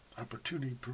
opportunity